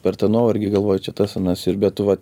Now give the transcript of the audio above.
per tą nuovargį galvoji čia tas anas ir bet tu vat